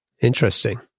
Interesting